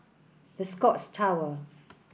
The Scotts Tower